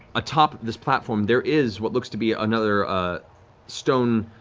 atop this platform there is what looks to be ah another stone,